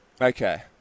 Okay